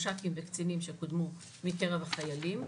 מש"קים וקצינים שקודמו מקרב החיילים.